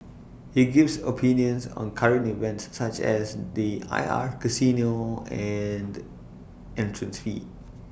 he gives opinions on current events such as the I R casino and entrance fee